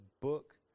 book